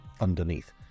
underneath